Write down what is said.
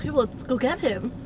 let's go get him.